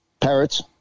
Parrots